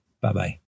Bye-bye